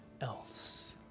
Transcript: else